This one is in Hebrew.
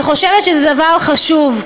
אני חושבת שזה דבר חשוב,